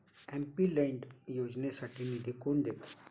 MP LAD योजनेसाठी निधी कोण देतं?